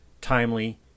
timely